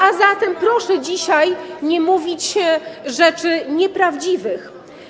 A zatem proszę dzisiaj nie mówić rzeczy nieprawdziwych.